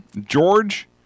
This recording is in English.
George